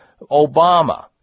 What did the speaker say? Obama